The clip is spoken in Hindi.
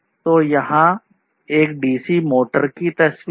तो यहाँ एक डीसी मोटर की तस्वीर है